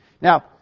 Now